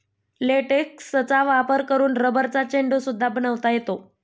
लेटेक्सचा वापर करून रबरचा चेंडू सुद्धा बनवता येतो